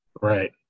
Right